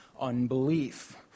unbelief